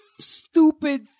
stupid